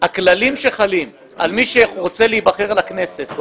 הכללים שחלים על מי שרוצה להיבחר לכנסת,